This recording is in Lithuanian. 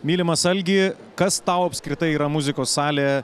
mylimas algi kas tau apskritai yra muzikos salė